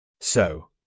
So